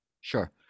sure